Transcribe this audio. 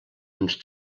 uns